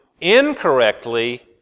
incorrectly